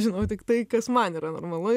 žinau tik tai kas man yra normalu